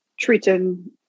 treating